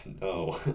No